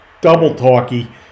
double-talky